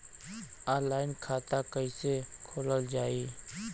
Online खाता कईसे खोलल जाई?